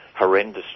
horrendously